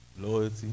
loyalty